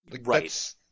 Right